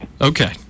Okay